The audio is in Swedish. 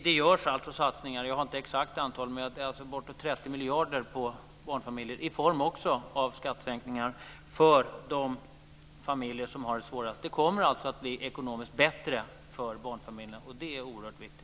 Det görs satsningar på barnfamiljer, även i form av skattesänkningar, för de familjer som har det svårast. Jag har ingen exakt siffra, men det rör sig om bortåt 30 miljarder. Det kommer alltså att bli ekonomiskt bättre för barnfamiljerna, och det är oerhört viktigt.